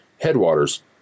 headwaters